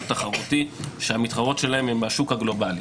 תחרותי שהמתחרות שלהם הן משוק הגלובלי.